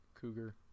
cougar